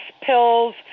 pills